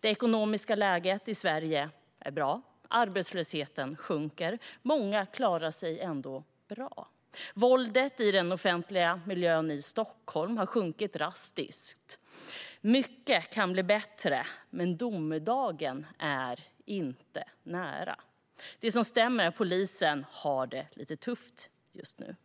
Det ekonomiska läget i Sverige är bra. Arbetslösheten sjunker. Många klarar sig bra. Våldet i den offentliga miljön i Stockholm har också sjunkit drastiskt. Mycket kan bli bättre, men domedagen är inte nära. Det som stämmer är att polisen har det lite tufft just nu.